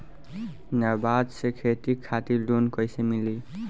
नाबार्ड से खेती खातिर लोन कइसे मिली?